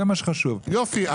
יופי,